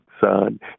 Son